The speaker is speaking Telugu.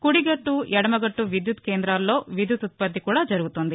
కుడి గట్ట ఎడమ గట్టు విద్యుత్తు కేంద్రాల్లో విద్యుత్తు ఉత్పత్తి కూడా జరుగుతోంది